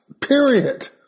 period